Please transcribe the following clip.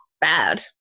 bad